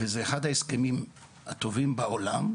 זה אחד ההסכמים הטובים בעולם,